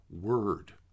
word